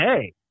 hey